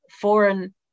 foreign